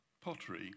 pottery